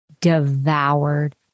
devoured